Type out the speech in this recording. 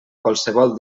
qualsevol